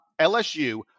LSU